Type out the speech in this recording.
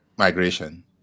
Migration